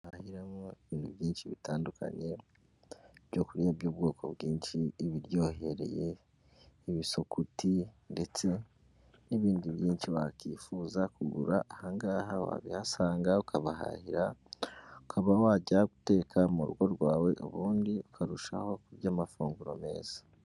Shyiramo ibintu byinshi bitandukanye ibyokurya by'ubwoko bwinshi ibiryohereye ibisukuti ndetse n'ibindi byinshi wakwifuza kugurahangaha wabihasanga ukabahahira ukaba wajya guteka mu rugo rwawe ubundi ukarushaho kurya amafunguro meza.